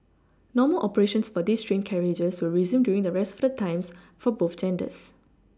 normal operations for these train carriages will resume during the rest of the times for both genders